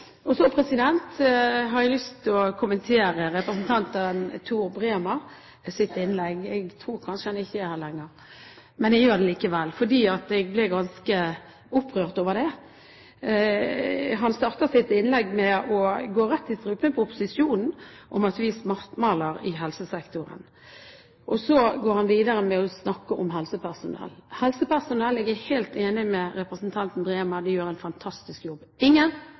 Så har jeg lyst til å kommentere innlegget til representanten Tor Bremer. Jeg tror kanskje han ikke er her lenger, men jeg gjør det likevel, for jeg ble ganske opprørt over det. Han startet sitt innlegg med å gå rett i strupen på opposisjonen og si at vi svartmaler helsesektoren. Så går han videre og snakker om helsepersonell. Jeg er helt enig med representanten Bremer i at helsepersonell gjør en fantastisk jobb. Ingen